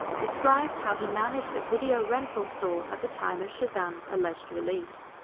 describes how he managed a video rental store at the time of shazam's alleged release.